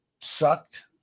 sucked